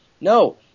No